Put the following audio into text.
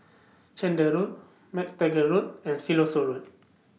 Chander Road MacTaggart Road and Siloso Road